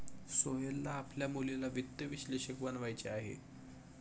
सोहेलला आपल्या मुलीला वित्त विश्लेषक बनवायचे आहे